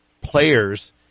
players